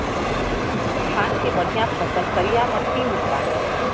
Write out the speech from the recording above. धान के बढ़िया फसल करिया मट्टी में होला